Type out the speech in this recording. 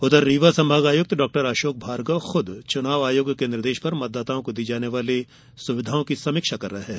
उधर रीवा संभाग आयुक्त डॉक्टर अशोक भार्गव खुद चुनाव आयोग के निर्देश पर मतदाताओं को दी जाने वाली सुविधाओं की समीक्षा कर रहे हैं